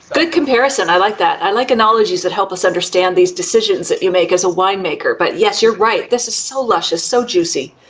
good comparison, i like that. i like analogies that help us understand these decisions that you make as a winemaker. but yes, you're right. this is so luscious, so juicy.